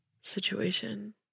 situation